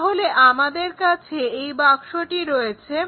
তাহলে আমাদের কাছে এই বাক্সটি রয়েছে